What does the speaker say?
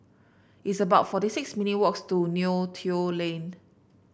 it's about forty six minute walks to Neo Tiew Lane